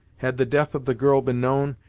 had the death of the girl been known,